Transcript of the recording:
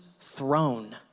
throne